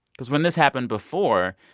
because when this happened before,